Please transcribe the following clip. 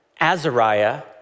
Azariah